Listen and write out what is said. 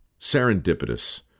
serendipitous